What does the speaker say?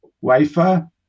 wafer